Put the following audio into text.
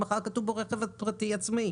ומחר יהיה כתוב בו רכב פרטי עצמאי,